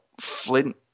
flint